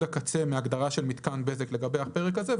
הקצה מהגדרה של מתקן בזק לגבי הפרק הזה,